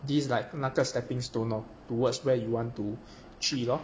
these like 那个 stepping stone lor towards where you want to 去咯